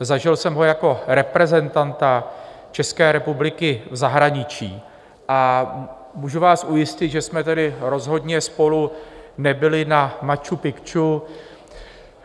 Zažil jsem ho jako reprezentanta České republiky v zahraničí a můžu vás ujistit, že jsme tedy rozhodně spolu nebyli na Machu Picchu,